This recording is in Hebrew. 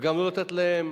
וגם לא לתת להם